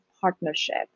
partnership